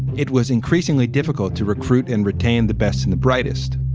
it was increasingly difficult to recruit and retain the best and the brightest.